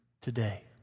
today